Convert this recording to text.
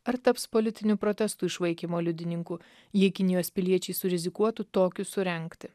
ar taps politinių protestų išvaikymo liudininku jei kinijos piliečiai surizikuotų tokius surengti